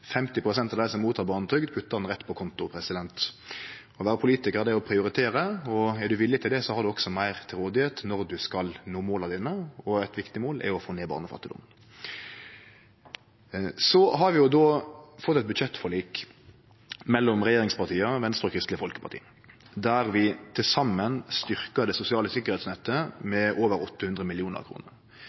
av dei som tek mot barnetrygd, puttar ho rett inn på konto. Å vere politikar er å prioritere, og er ein villig til det, har ein også meir til rådvelde når ein skal nå måla sine, og eit viktig mål er å få ned barnefattigdomen. Så har vi fått eit budsjettforlik mellom regjeringspartia og Venstre og Kristeleg Folkeparti, der vi til saman styrkjer det sosiale sikkerheitsnettet med over 800